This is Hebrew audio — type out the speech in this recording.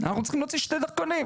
אנחנו צריכים להוציא שני דרכונים.